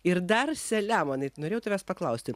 ir dar selemonai norėjau tavęs paklausti